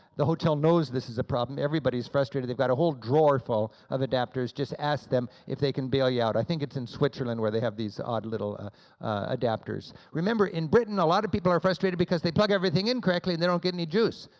the hotel knows this is a problem, everybody's frustrated, they've got a whole drawer full of adapters, just ask them if they can bail you out. i think it's in switzerland where they have these odd little ah adapters. remember in britain a lot of people are frustrated because they plug everything in correctly and they don't get any juice,